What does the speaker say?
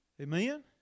Amen